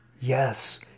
Yes